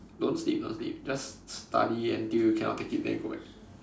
don't sleep don't sleep just study until you cannot take it then you go back